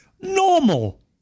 normal